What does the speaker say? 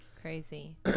Crazy